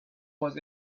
was